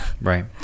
right